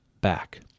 back